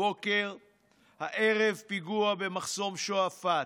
הערב, פיגוע במחסום שועפאט.